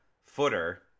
footer